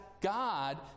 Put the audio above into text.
God